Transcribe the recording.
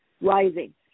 rising